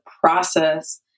process